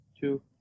Two